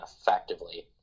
effectively